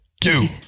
Two